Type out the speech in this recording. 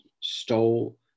stole